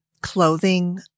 clothing